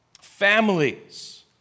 families